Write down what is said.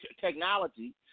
technology